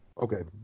Okay